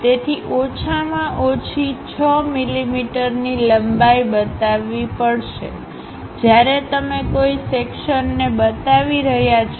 તેથી ઓછામાં ઓછી 6 મીમીની લંબાઈ બતાવવી પડશેજ્યારે તમે કોઈ સેક્શન્ને બતાવી રહ્યાં હો